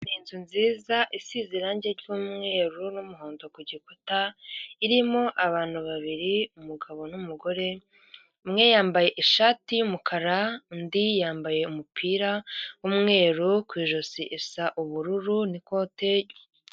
Inzu nziza isize irangi ry'umweru n'umuhondo ku gikuta, irimo abantu babiri umugabo n'umugore, umwe yambaye ishati y'umukara, undi yambaye umupira w'umweru ku ijosi isa ubururu n'ikote.